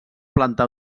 planta